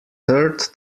third